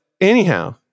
anyhow